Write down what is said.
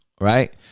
right